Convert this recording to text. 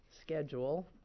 schedule